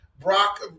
Brock